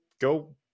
Go